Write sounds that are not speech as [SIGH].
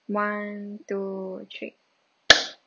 one two three [NOISE]